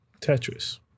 Tetris